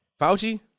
Fauci